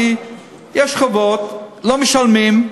כי יש חובות, לא משלמים.